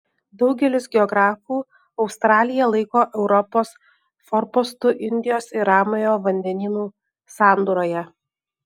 daugelis geografų australiją laiko europos forpostu indijos ir ramiojo vandenynų sandūroje